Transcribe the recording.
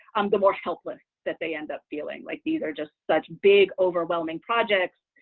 the more helpless that they end up feeling, like these are just such big overwhelming projects,